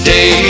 Day